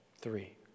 three